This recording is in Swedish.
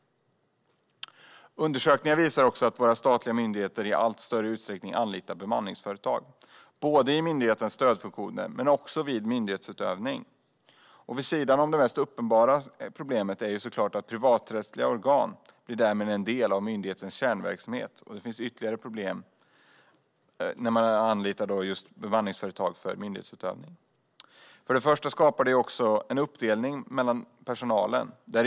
Undersökningar visar också att våra statliga myndigheter i allt större utsträckning anlitar bemanningsföretag både i myndigheternas stödfunktioner och vid myndighetsutövning. Det mest uppenbara problemet är att privaträttsliga organ därmed blir en del av myndighetens kärnverksamhet, men vid sidan av det finns det ytterligare problem i att man anlitar bemanningsföretag för myndighetsutövning. För det första skapar det en uppdelning mellan personalen.